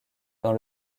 dans